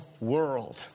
world